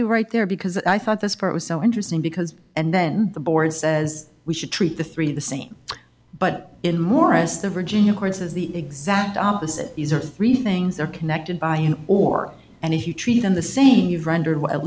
you right there because i thought this part was so interesting because and then the board says we should treat the three the same but in morris the virginia accords is the exact opposite these are three things are connected by an org and if you treat them the same you'd rendered at